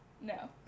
No